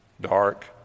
dark